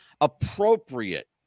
appropriate